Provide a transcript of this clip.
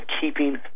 keeping